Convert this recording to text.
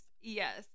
Yes